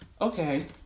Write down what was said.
Okay